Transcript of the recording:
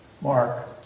Mark